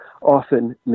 often